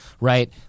Right